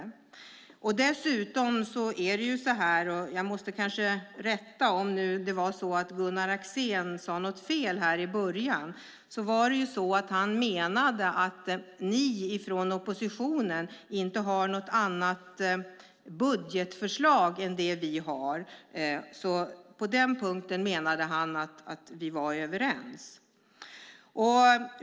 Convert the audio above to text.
Jag måste kanske också rätta om det nu var så att Gunnar Axén sade något fel här i början. Han menade att ni ifrån oppositionen inte har något annat budgetförslag än det vi har. På den punkten menade han alltså att vi var överens.